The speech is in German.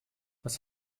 was